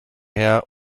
her